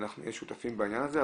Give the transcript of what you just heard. ואנחנו נהיה שותפים בעניין הזה,